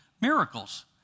miracles